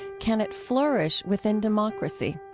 can it flourish within democracy'?